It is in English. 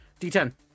D10